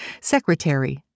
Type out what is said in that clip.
Secretary